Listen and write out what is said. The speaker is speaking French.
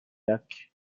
lacs